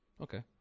Okay